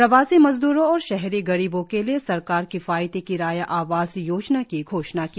प्रवासी मजदरों और शहरी गरीबों के लिए सरकार किफायती किराया आवास योजना की घोषणा की